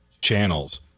channels